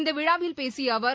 இந்த விழாவில் பேசிய அவர்